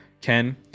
Ken